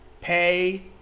pay